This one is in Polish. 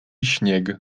śnieg